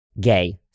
gay